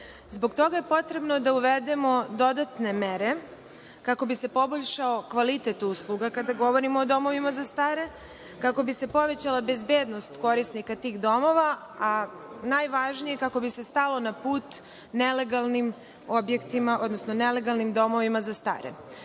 Zbog toga je potrebno da uvedemo dodatne mere kako bi se poboljšao kvalitet usluga kada govorimo o domovima za stare, kako bi se povećavala bezbednost korisnika tih domova i, najvažnije, kako bi se stalo na put nelegalnim objektima, odnosno nelegalnim domovima za stare.